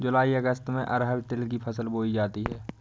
जूलाई अगस्त में अरहर तिल की फसल बोई जाती हैं